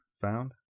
found